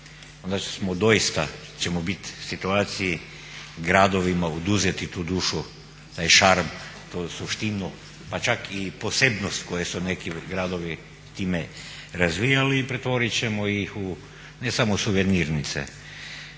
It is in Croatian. onda doista ćemo bit u situaciji gradovima oduzeti tu dušu, taj šarm, tu suštinu pa čak i posebnost koju su neki gradovi time razvijali i pretvorit ćemo ih u ne samo suvenirnice.